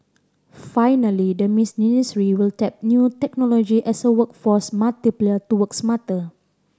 finally the will tap new technology as a workforce multiplier to work smarter